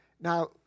Now